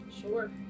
Sure